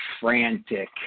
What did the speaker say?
frantic